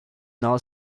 now